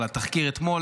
אבל התחקיר אתמול,